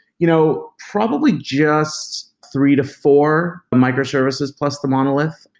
you know probably just three to four micro-services, plus the monolith,